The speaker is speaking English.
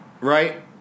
Right